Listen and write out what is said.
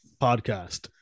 podcast